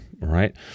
right